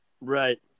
Right